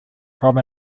from